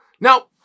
Now